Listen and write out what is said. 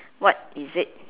what is it